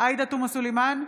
עאידה תומא סלימאן,